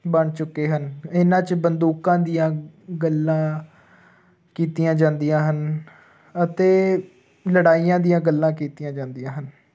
ਬਣ ਚੁੱਕੇ ਹਨ ਇਹਨਾਂ 'ਚ ਬੰਦੂਕਾਂ ਦੀਆਂ ਗੱਲਾਂ ਕੀਤੀਆਂ ਜਾਂਦੀਆਂ ਹਨ ਅਤੇ ਲੜਾਈਆਂ ਦੀਆਂ ਗੱਲਾਂ ਕੀਤੀਆਂ ਜਾਂਦੀਆਂ ਹਨ